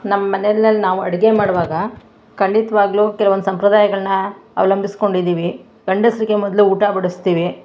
ನಮ್ಮ ಮನೆಯಲ್ ನಾವು ಅಡುಗೆ ಮಾಡುವಾಗ ಖಂಡಿತ್ವಾಗ್ಲು ಕೆಲವೊಂದು ಸಂಪ್ರದಾಯಗಳನ್ನು ಅವಲಂಬಿಸ್ಕೊಂಡಿದೀವಿ ಗಂಡಸರಿಗೆ ಮೊದಲು ಊಟ ಬಡಿಸ್ತೀವಿ